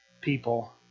people